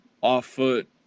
off-foot